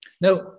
Now